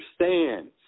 understands